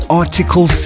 article